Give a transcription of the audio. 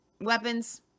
weapons